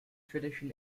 tradition